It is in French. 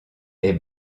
est